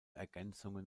ergänzungen